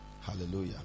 Hallelujah